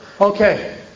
Okay